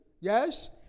yes